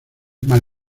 mal